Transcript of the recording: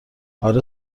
آره